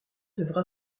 devra